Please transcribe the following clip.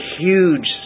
huge